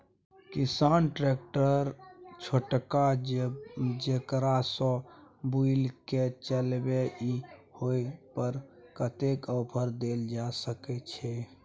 किसान ट्रैक्टर छोटका जेकरा सौ बुईल के चलबे इ ओय पर कतेक ऑफर दैल जा सकेत छै?